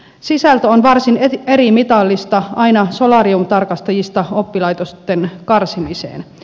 sisältö on varsin erimitallista aina solariumtarkastajista oppilaitosten karsimiseen